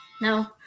No